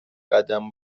قدم